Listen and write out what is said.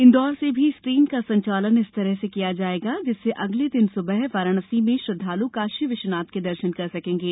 इंदौर से भी इस ट्रेन का संचालन इस तरह से किया जाएगा जिससे अगले दिन सुबह वाराणसी में श्रद्वालु काशी विश्वनाथ के दर्शन कर सकेंगे